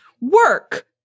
work